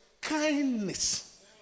kindness